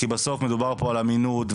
כי בסוף מדובר פה על אמינות,